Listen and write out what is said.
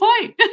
point